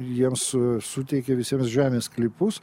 jiems suteikė visiems žemės sklypus